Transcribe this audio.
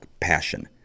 passion